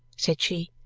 said she.